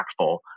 impactful